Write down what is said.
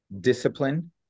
discipline